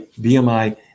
BMI